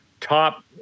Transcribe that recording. top